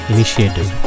Initiative